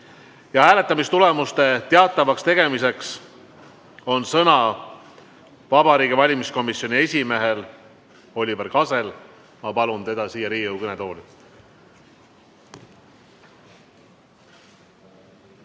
Hääletamistulemuste teatavakstegemiseks on sõna Vabariigi Valimiskomisjoni esimehel Oliver Kasel. Ma palun teda siia Riigikogu kõnetooli.